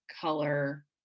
color